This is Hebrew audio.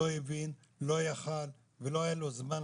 לא הבין או לא היה לו זמן?